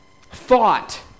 thought